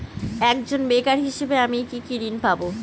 একজন বেকার হিসেবে আমি কি কি ঋণ পাব?